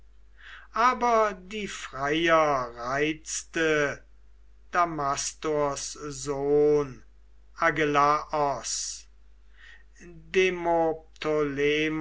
aber die freier reizte damastors sohn agelaos